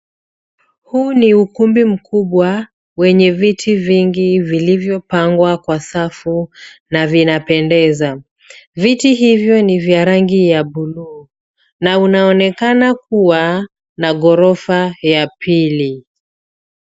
Huu ni ukumbi mkubwa wenye viti vingi vilivyopangwa kwa safu na vinapendeza. Viti hivyo ni vya rangi ya buluu na unaoekana kuwa na ghorofa ya pili.